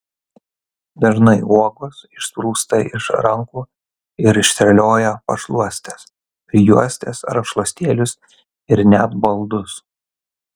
dažnai uogos išsprūsta iš rankų ir išterlioja pašluostes prijuostes rankšluostėlius ir net baldus